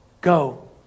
go